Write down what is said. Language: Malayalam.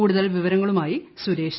കൂടുതൽ വിവരങ്ങളുമായി സുരേഷ്